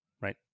right